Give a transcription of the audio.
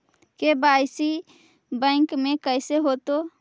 KYC bank में कैसे होतै?